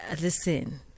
listen